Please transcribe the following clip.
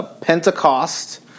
Pentecost